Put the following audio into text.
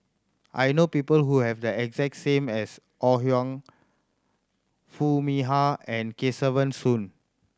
I know people who have the exact same as Ore Huiying Foo Mee Har and Kesavan Soon